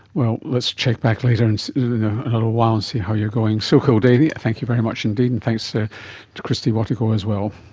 well, let's check back in a little while and see how you're going. sue kildea, thank you very much indeed, and thanks so to kristie watego as well.